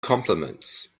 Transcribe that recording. compliments